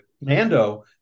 Mando